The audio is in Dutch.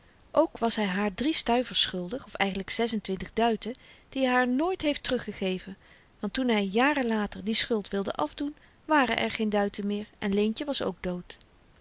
ook was hy haar drie stuivers schuldig of eigenlyk zes-en-twintig duiten die hy haar nooit heeft teruggegeven want toen hy jaren later die schuld wilde afdoen waren er geen duiten meer en leentje was ook dood